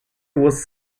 was